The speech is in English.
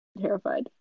terrified